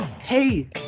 Hey